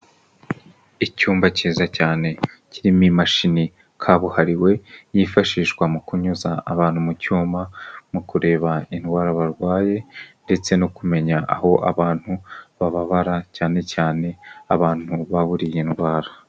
Icyumba cyiza cyane kirimo imashini kabuhariwe yifashishwa mu kunyuza abantu mu cyuma, mu kureba indwara barwaye ndetse no kumenya aho abantu bababara, cyane cyane abantu baburiye ndwara.